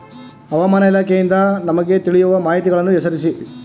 ಹವಾಮಾನ ಇಲಾಖೆಯಿಂದ ನಮಗೆ ತಿಳಿಯುವ ಮಾಹಿತಿಗಳನ್ನು ಹೆಸರಿಸಿ?